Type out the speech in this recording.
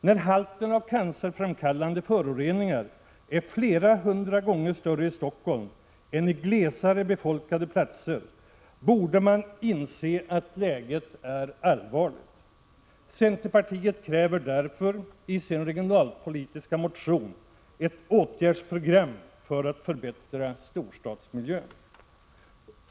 När halten av cancerframkallande föroreningar är flera hundra gånger större i Stockholm än på glesare befolkade platser borde man inse att läget är allvarligt. Centerpartiet kräver därför i sin regionalpolitiska motion ett åtgärdsprogram för att förbättra storstadsmiljön.